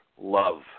Love